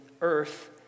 Earth